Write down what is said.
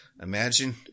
Imagine